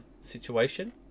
situation